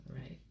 right